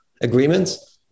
agreements